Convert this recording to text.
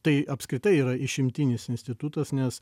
tai apskritai yra išimtinis institutas nes